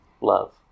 love